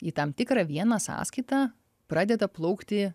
į tam tikrą vieną sąskaitą pradeda plaukti